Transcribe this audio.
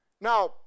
Now